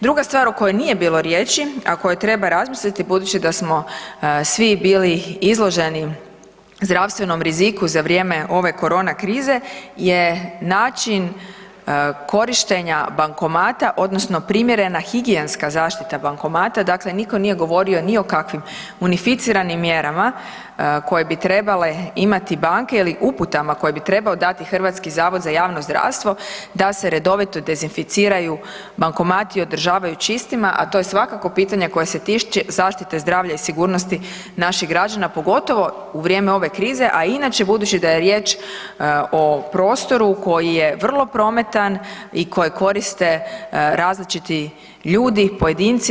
Druga stvar o kojoj nije bilo riječi, a koje treba razmisliti budući da smo svi bili izloženi zdravstvenom riziku za vrijeme ove korona krize je način korištenja bankomata odnosno primjerena higijenska zaštita bankomata, dakle niko nije govorio ni o kakvim unificiranim mjerama koje bi trebale imati banke ili uputama koje bi trebao dati HZJZ da se redovito dezinficiraju bankomati i održavaju čistima, a to je svakako pitanje koje se tiče zaštite zdravlja i sigurnosti naših građana, pogotovo u vrijeme ove krize, a i inače budući da je riječ o prostoru koji je vrlo prometan i koje koriste različiti ljudi pojedinci.